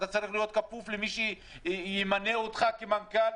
אתה כפוף למי שימנה אותך כמנכ"ל,